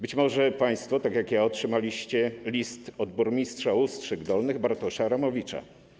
Być może państwo tak jak ja otrzymaliście list od burmistrza Ustrzyk Dolnych Bartosza Romowicza.